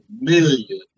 million